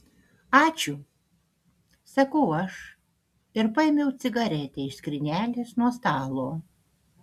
ačiū sakau aš ir paėmiau cigaretę iš skrynelės nuo stalo